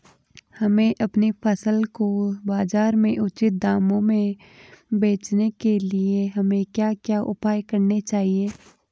हमें अपनी फसल को बाज़ार में उचित दामों में बेचने के लिए हमें क्या क्या उपाय करने चाहिए?